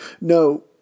No